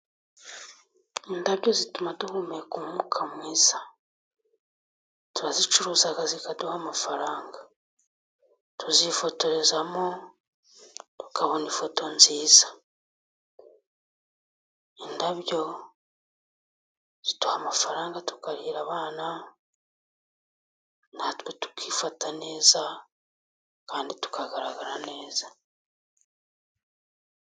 Indabyo zituma duhumeka umwuka mwiza, turazicuruza zikaduha amafaranga, tuzifotorezamo tukabona ifoto nziza, indabyo ziduha amafaranga tukarihira abana, natwe tukifata neza kandi tukagaragara neza.